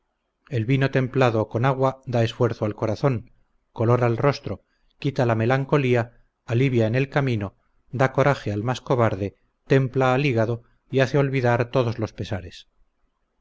el vino templado con agua da esfuerzo al corazón color al rostro quita la melancolía alivia en el camino da coraje al más cobarde templa al hígado y hace olvidar todos los pesares